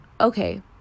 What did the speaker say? okay